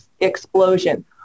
explosion